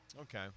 Okay